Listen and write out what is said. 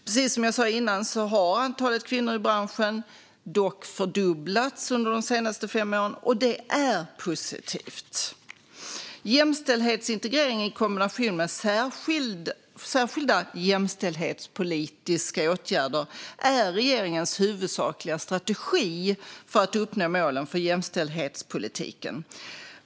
Precis som jag sa tidigare har antalet kvinnor i branschen dock fördubblats under de senaste fem åren, och det är positivt. Jämställdhetsintegrering i kombination med särskilda jämställdhetspolitiska åtgärder är regeringens huvudsakliga strategi för att uppnå målen för jämställdhetspolitiken.